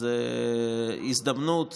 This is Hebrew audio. זו הזדמנות